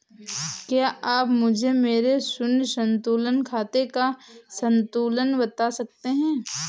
क्या आप मुझे मेरे शून्य संतुलन खाते का संतुलन बता सकते हैं?